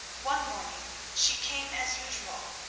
one morning she came as usual,